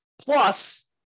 Plus